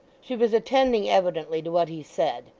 she was attending evidently to what he said.